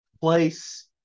place